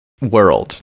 world